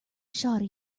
shawty